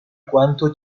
quanto